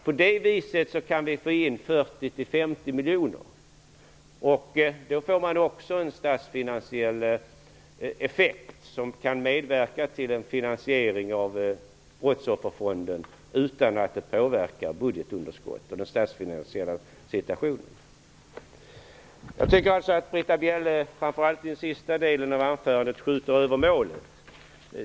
På det viset kan vi få in 40--50 miljoner. Då blir det en effekt som kan medverka till en finansering av brottsofferfonden utan att det påverkar budgetunderskottet och den statsfinansiella situationen. Jag tycker att Britta Bjelle, framför allt i den sista delen av anförandet, skjuter över målet.